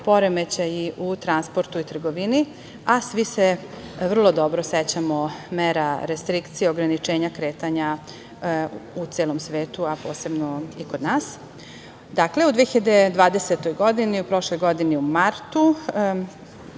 poremećaji u transportu i trgovini, a svi se vrlo dobro sećamo mera restrikcije ograničenja kretanja u celom svetu, a posebno i kod nas. Dakle, u 2020. godini, prošle godine u martu,